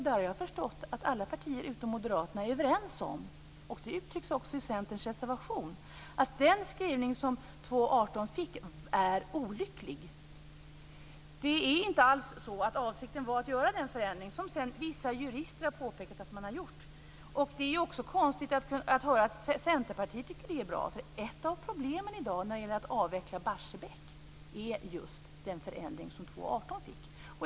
Där har jag förstått att alla partier utom Moderaterna är överens om, och det uttrycks också i Centerns reservation, att den skrivning som 2:18 fick är olycklig. Det är inte alls så att avsikten var att göra den förändring som sedan vissa jurister har påpekat att man har gjort. Det är också konstigt att höra att Centerpartiet tycker att det är bra. Ett av problemen i dag när det gäller att avveckla Barsebäck är ju just den förändring som 2:18 fick.